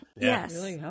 Yes